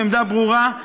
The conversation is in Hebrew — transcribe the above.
זאת עמדה ברורה.